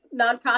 nonprofit